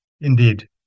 indeed